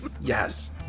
Yes